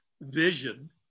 vision